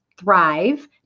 Thrive